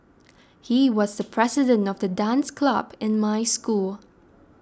he was the president of the dance club in my school